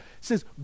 says